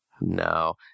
No